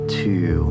two